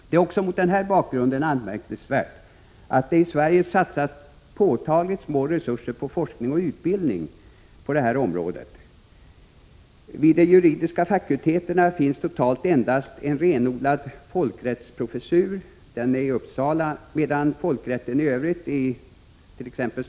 Det är också mot denna bakgrund anmärkningsvärt att det i Sverige satsas påtagligt små resurser på forskning och utbildning på detta område. Vid de juridiska fakulteterna finns totalt endast en renodlad folkrättsprofessur, i Uppsala, medan folkrätten i övrigt, it.ex.